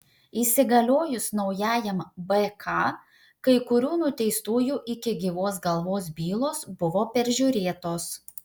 įsigaliojus naujajam bk kai kurių nuteistųjų iki gyvos galvos bylos buvo peržiūrėtos